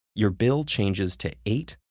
your bill changes to eight,